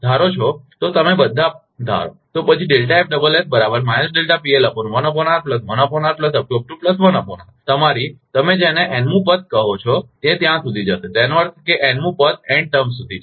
ધારો છો તો તમે બધા ધારો તો પછી તમારી તમે જેને n મું પદ કહો છો તે ત્યાં સુધી જાય છે તેનો અર્થ કહો કે તે n મું પદ સુધી છે